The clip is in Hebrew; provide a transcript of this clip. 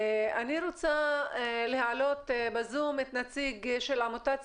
אני רוצה להעלות בזום את נציג עמותת סיכוי.